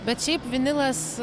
bet šiaip vinilas